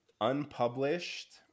unpublished